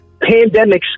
Pandemics